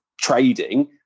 trading